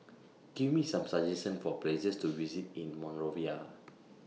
Give Me Some suggestions For Places to visit in Monrovia